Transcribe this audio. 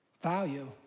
value